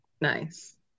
Nice